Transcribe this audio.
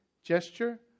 gesture